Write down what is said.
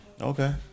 Okay